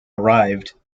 arrived